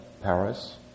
Paris